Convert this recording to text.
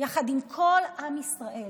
יחד עם כל עם ישראל,